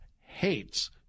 hates